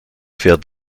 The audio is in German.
fährt